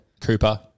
Cooper